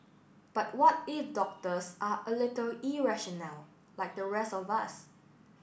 but what if doctors are a little irrational like the rest of us